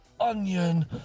onion